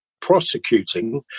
prosecuting